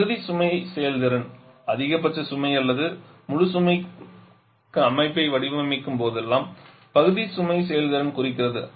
பகுதி சுமை செயல்திறன் அதிகபட்ச சுமை அல்லது முழு சுமைக்கு அமைப்பை வடிவமைக்கும் போதெல்லாம் பகுதி சுமை செயல்திறன் குறிக்கிறது